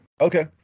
Okay